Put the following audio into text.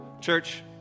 Church